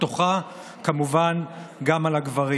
ובתוכה כמובן גם על הגברים.